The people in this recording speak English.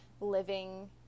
living